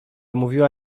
mówiła